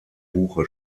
buche